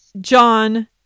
John